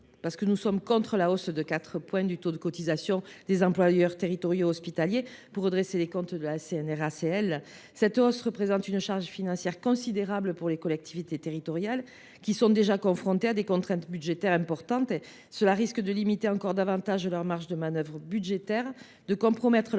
parce que nous sommes contre la hausse de 4 points du taux de cotisation des employeurs territoriaux et hospitaliers pour redresser les comptes de la CNRACL. Cette hausse représente une charge financière considérable pour les collectivités territoriales, qui sont déjà confrontées à des contraintes budgétaires importantes. Cela risque de limiter encore davantage leurs marges de manœuvre budgétaires et de compromettre leur